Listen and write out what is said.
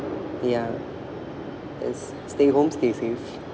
ya yes stay home stay safe